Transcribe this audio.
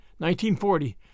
1940